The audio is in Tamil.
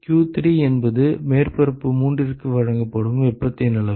q3 என்பது மேற்பரப்பு மூன்றிற்கு வழங்கப்படும் வெப்பத்தின் அளவு